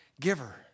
giver